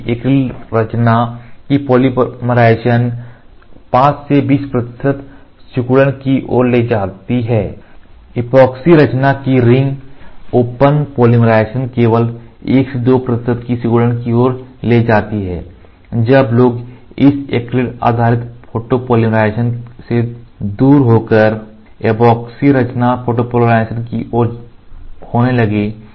जबकि एक्रिलेट रचना की पॉलीमराइज़ेशन 5 से 20 प्रतिशत सिकुड़न की ओर ले जाती है ऐपोक्सी रचना की रिंग ओपन पॉलीमराइज़ेशन केवल 1 से 2 प्रतिशत की सिकुड़न की ओर ले जाती है तब लोग इस एक्रिलेट आधारित फोटोपॉलीमराइज़ेशन से से दूर होकर ऐपोक्सी रचना फोटोपॉलीमराइज़ेशन की ओर होने लगे